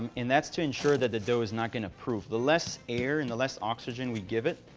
um and that's to ensure that the dough is not going to proof. the less air and the less oxygen we give it,